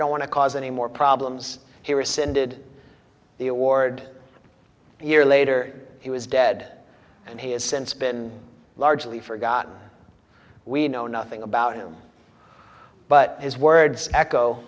don't want to cause any more problems he rescinded the award a year later he was dead and he has since been largely forgotten we know nothing about him or but his words echo